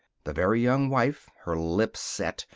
the very young wife, her lips set,